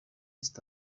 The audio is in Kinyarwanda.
east